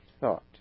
thought